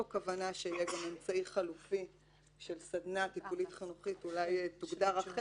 אני קוראת את סעיף 4 אמצעי חלופי לקנס מינהלי 4. (א)שר המשפטים,